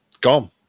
gone